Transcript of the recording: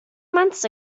months